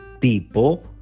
people